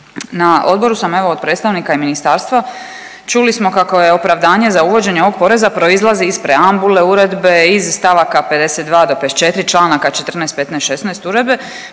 Na Odboru sam evo od predstavnika i Ministarstva čuli smo kako je opravdanje za uvođenje ovog poreza proizlazi iz preambule Uredbe, iz stavaka 52. do 54. članaka 14., 15., 16. Uredbe.